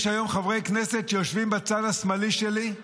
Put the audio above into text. יש היום חברי כנסת שיושבים בצד השמאלי שלי,